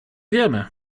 wiemy